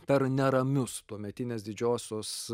per neramius tuometinės didžiosios